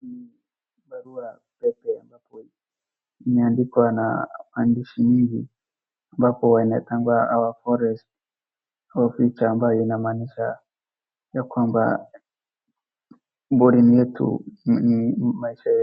Barua pepe ambapo imeandikwa na maandishi mingi ambapo inaitwa Our Forests Our Future . Ambayo inamaanisha ya kwamba, pori yetu ni maisha yetu.